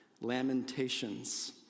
lamentations